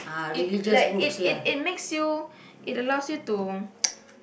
it like it it it makes you it allows you to